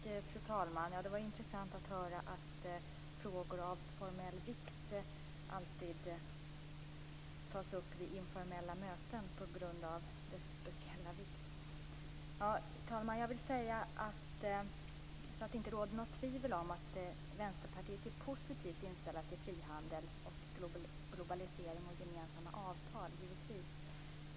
Fru talman! Det var intressant att höra att frågor av formell vikt alltid tas upp vid informella möten - på grund av sin speciella vikt. Jag vill inte att det skall råda något tvivel om att Vänsterpartiet är positivt inställt till frihandel, globalisering och gemensamma avtal. Givetvis är vi det.